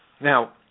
now